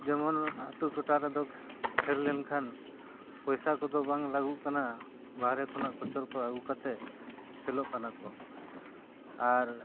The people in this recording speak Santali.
ᱡᱮᱢᱚᱱ ᱟᱛᱳ ᱴᱚᱴᱷᱟ ᱨᱮᱫᱚ ᱠᱷᱮᱞ ᱞᱮᱱᱠᱷᱟᱱ ᱯᱚᱭᱥᱟ ᱠᱚᱫᱚ ᱵᱟᱝ ᱞᱟᱹᱜᱩᱜ ᱠᱟᱱᱟ ᱵᱟᱦᱨᱮ ᱠᱷᱚᱱᱟᱜ ᱠᱳᱪᱚᱨ ᱠᱚ ᱟᱹᱜᱩ ᱠᱟᱛᱮ ᱠᱷᱮᱞᱳᱜ ᱠᱟᱱᱟ ᱠᱚ ᱟᱨ